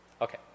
Okay